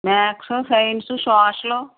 maths science social